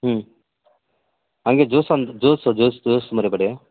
ಹ್ಞೂ ಹಾಗೆ ಜ್ಯೂಸ್ ಒಂದು ಜ್ಯೂಸು ಜ್ಯೂಸ್ ಜ್ಯೂಸ್ ಮರೀಬೇಡಿ